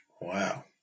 Wow